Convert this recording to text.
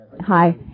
Hi